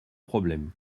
problème